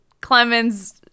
Clemens